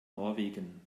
norwegen